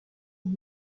ont